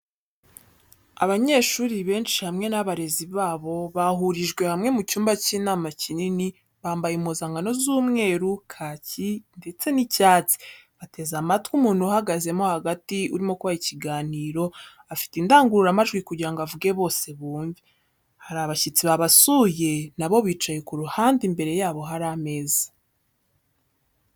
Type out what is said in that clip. Abanyeshuri benshi hamwe n'abarezi babo bahurijwe hamwe mu cyumba cy'inama kinini bambaye impuzankano z'umweru, kaki ndetse n'icyatsi bateze amatwi umuntu uhagazemo hagati urimo kubaha ikiganiro afite indangururamajwi kugirango avuge bose bumve , hari abashyitsi babasuye nabo bicaye ku ruhande imbere yabo hari ameza.